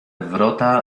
wrota